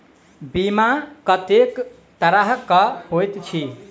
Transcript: बीमा कत्तेक तरह कऽ होइत छी?